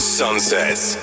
sunsets